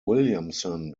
williamson